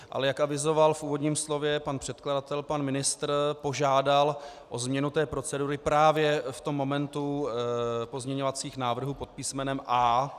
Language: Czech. Ale jak avizoval v úvodním slově pan předkladatel, pan ministr požádal o změnu té procedury právě v tom momentu pozměňovacích návrhů pod písmenem A.